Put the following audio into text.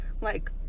like-